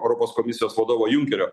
europos komisijos vadovo junkerio